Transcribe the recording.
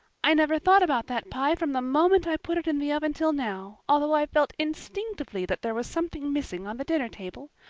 i never thought about that pie from the moment i put it in the oven till now, although i felt instinctively that there was something missing on the dinner table.